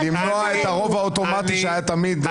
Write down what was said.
למנוע את הרוב האוטומטי שהיה תמיד.